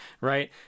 Right